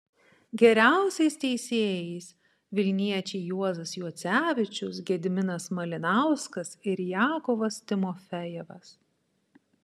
geriausiais teisėjais vilniečiai juozas juocevičius gediminas malinauskas ir jakovas timofejevas